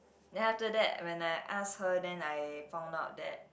then after that when I ask her then I found out that